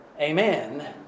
Amen